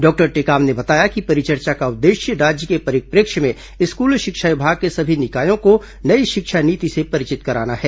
doctor Tekam ने बताया कि परिचर्चा का उद्देश्य राज्य के परिप्रेक्ष्य में स्कूल शिक्षा विभाग के सभी निकायों को नई शिक्षा नीति से परिचित कराना है